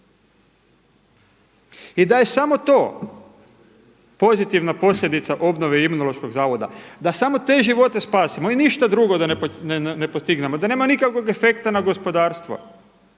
I da je samo to pozitivna posljedica obnove Imunološkog zavoda, da samo te živote spasimo i ništa drugo da ne postignemo, da nema nikakvog efekta na gospodarstvo,